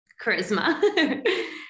Charisma